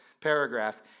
paragraph